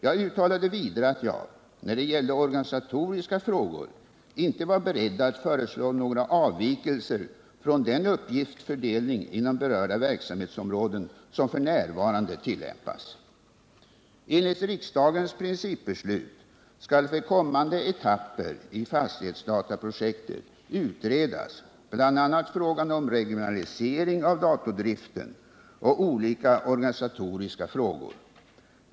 Jag uttalade vidare att jag, när det gällde organisatoriska frågor, inte var beredd att föreslå några avvikelser från den uppgiftsfördelning inom berörda verksamhetsområden som f. n. tillämpas. Enligt riksdagens principbeslut skall för kommande etapper i fastighetsdataprojektet utredas bl.a. frågan om regionalisering av datordriften och olika organisatoriska frågor.